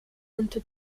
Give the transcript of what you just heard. into